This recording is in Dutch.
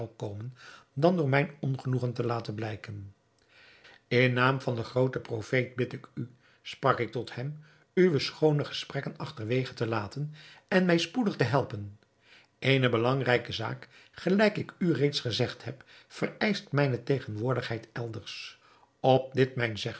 komen dan door mijn ongenoegen te laten blijken in naam van den grooten profeet bid ik u sprak ik tot hem uwe schoone gesprekken achterwege te laten en mij spoedig te helpen eene belangrijke zaak gelijk ik u reeds gezegd heb vereischt mijne tegenwoordigheid elders op dit mijn zeggen